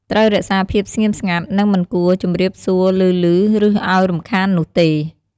ត្រូវរក្សាភាពស្ងៀមស្ងាត់ និងមិនគួរជម្រាបសួរឮៗ ឬអោយរំខាននោះទេ។